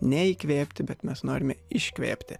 ne įkvėpti bet mes norime iškvėpti